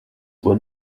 were